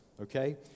okay